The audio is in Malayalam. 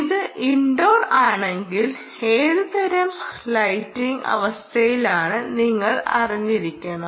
ഇത് ഇൻഡോർ ആണെങ്കിൽ ഏത് തരം ലൈറ്റിംഗ് അവസ്ഥയാണെന്ന് നിങ്ങൾ അറിഞ്ഞിരിക്കണം